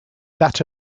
that